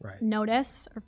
notice